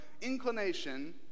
inclination